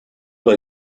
dai